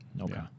Okay